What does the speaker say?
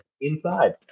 Inside